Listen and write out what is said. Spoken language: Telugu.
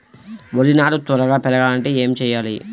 వరి నారు త్వరగా పెరగాలంటే ఏమి చెయ్యాలి?